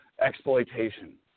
exploitation